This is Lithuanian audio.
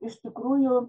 iš tikrųjų